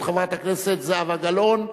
את חברת הכנסת זהבה גלאון,